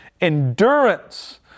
endurance